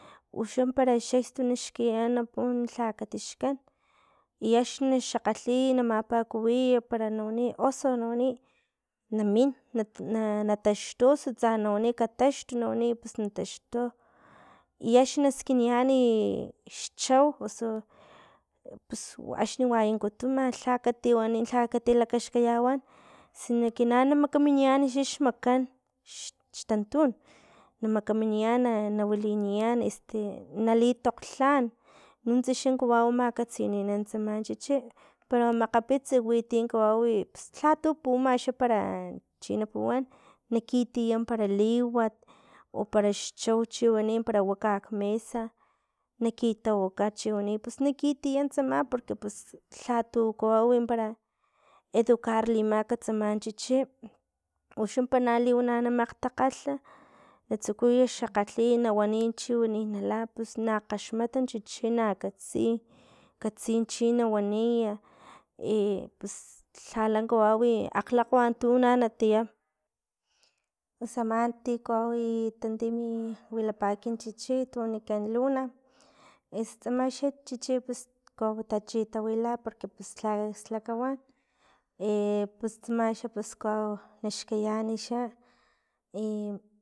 Uxa para xekstu naxkayan napuwan lha katixkan i axni xakgalhiy ma- mapakuwiy para na waniy oso na waniy namin na- na- na taxtu osu tsa na waniy katax pus na taxtu i axni naskinian i xchau osu pus axni wayankutun na lha kati wanin lha kati lakaxkayawan, sino ke naan na makaminian xa xmakan x- xtantun, na makaminian na wilinian nali tokglhan nuntsa xa kawau makatsininan tsam chichi pero makgapits winti kawawi pus lhatu puuma xa para chi na puwan na kitia para liwat o parax chau chiwani para waka kmesa nakitawaka chiwani pus nakitia tsama porque pus lhatu kawau para educarlimak tsaman chichi una na makgtakgalh na tsukuya xakgatliy na waniy chiwani nala pus na kgaxmat xuachi na katsi, katsi chi nawani ús lhala kawawi akglakgwa tu na natia pua ama ti kawawi tantimi wilapa kinchichi tu wanika luna es tsama xan chichi pus kawau tachitawila porque pus lha kakslakawan pus tsam xan chichi pus kawau naxkayan xa e.